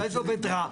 אולי זה עובד רע?